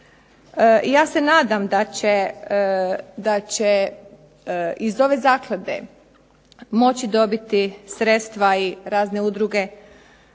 ja se nadam da će iz ove zaklade moći dobiti sredstva i razne udruge